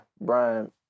Brian